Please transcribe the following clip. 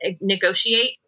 negotiate